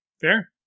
fair